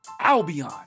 Albion